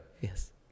Yes